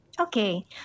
Okay